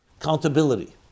Accountability